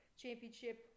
championship